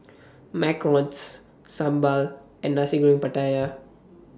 Macarons Sambal and Nasi Goreng Pattaya